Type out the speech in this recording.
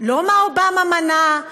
לא מה אובמה מנע,